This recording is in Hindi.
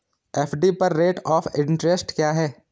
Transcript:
एफ.डी पर रेट ऑफ़ इंट्रेस्ट क्या है?